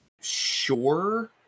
sure